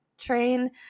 Train